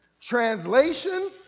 Translation